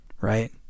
right